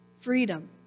freedom